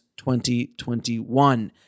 2021